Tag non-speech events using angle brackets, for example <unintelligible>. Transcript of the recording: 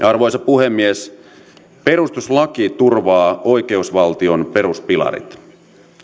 <unintelligible> arvoisa puhemies perustuslaki turvaa oikeusvaltion peruspilarit